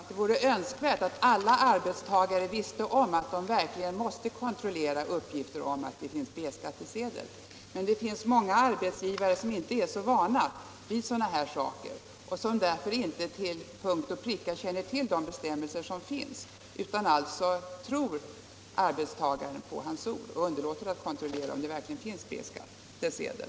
Herr talman! Ja, visst vore det önskvärt om alla arbetsgivare hade reda på att de alltid måste kontrollera uppgiften att arbetstagare har B skattsedel. Men många arbetsgivare är inte så vana vid sådana här frågor och känner inte till punkt och pricka till de bestämmelser som gäller utan tror arbetstagaren på hans ord och underlåter därför att kontrollera om vederbörande har B-skattesedel.